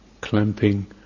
clamping